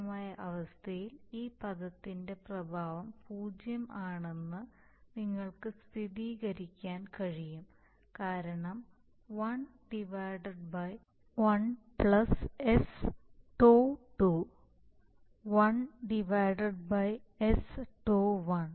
സ്ഥിരമായ അവസ്ഥയിൽ ഈ പദത്തിന്റെ പ്രഭാവം 0 ആണെന്ന് നിങ്ങൾക്ക് സ്ഥിരീകരിക്കാൻ കഴിയും കാരണം 1 1 s τ2 1 1 s τ1